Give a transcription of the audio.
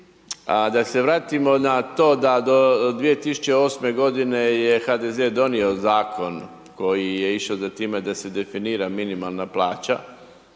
da se vratimo na to da do 2008.-me godine je HDZ donio Zakon koji je išao za time da se definira minimalna plaća